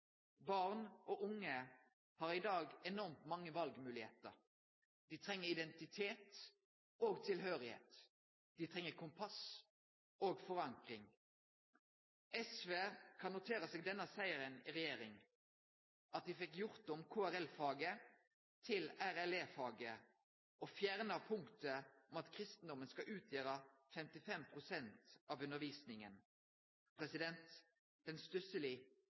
Barn og unge har i dag enormt mange valmoglegheiter. Dei treng identitet og tilhørsle. Dei treng kompass og forankring. SV kan notere seg denne sigeren i regjering: Dei fekk gjort om KRL-faget til RLE-faget, og fjerna punktet om at kristendomen skal utgjere 55 pst. av